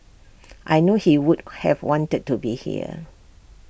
I know he would have wanted to be here